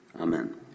Amen